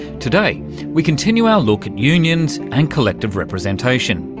today we continue our look at unions and collective representation.